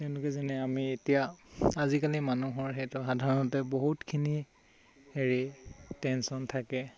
তেওঁলোকে যেনে আমি এতিয়া আজিকালি মানুহৰ সেইটো সাধাৰণতে বহুতখিনি হেৰি টেনচন থাকে